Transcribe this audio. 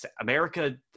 America